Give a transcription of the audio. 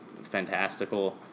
fantastical